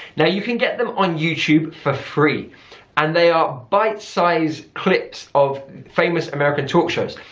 now you can get them on youtube for free and they are bitesize clips of famous american talk shows.